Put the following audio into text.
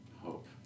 Hope